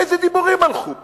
איזה דיבורים הלכו פה.